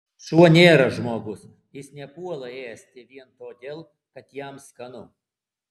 šuo nėra žmogus jis nepuola ėsti vien todėl kad jam skanu